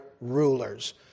rulers